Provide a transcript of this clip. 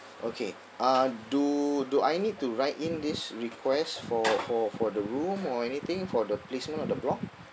okay uh do do I need to write in this request for for for the room or anything for the placement of the block